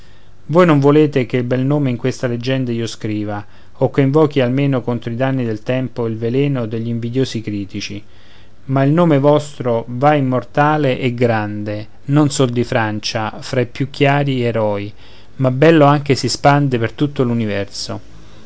voi non volete che il bel nome in questa leggenda io scriva o che l'invochi almeno contro i danni del tempo ed il veleno degl'invidiosi critici ma il nome vostro va immortale e grande non sol di francia fra i più chiari eroi ma bello anche si spande per tutto